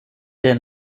der